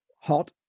hot